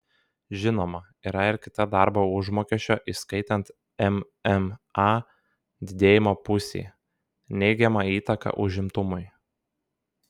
žinoma yra ir kita darbo užmokesčio įskaitant mma didėjimo pusė neigiama įtaka užimtumui